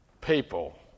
people